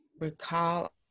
recall